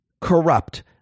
corrupt